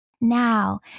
Now